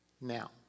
now